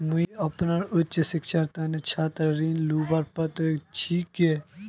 मुई अपना उच्च शिक्षार तने छात्र ऋण लुबार पत्र छि कि?